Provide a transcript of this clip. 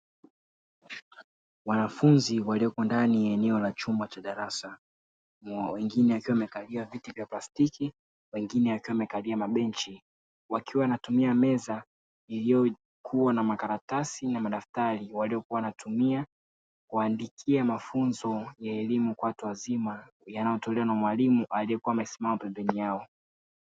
Wanafunzi walioko ndani ya eneo la chumba cha darasa wengine wakiwa wamekalia viti vya plastiki wengine wakiwa wamekalia mabenchi wakiwa wanatumia meza iliyokua na makaratasi na madaftari walioyokua wanatumia kuandikia mafunzo ya elimu kwa watu wazima yanayotolewa na mwalimu aliekua amesimama pembeni yao.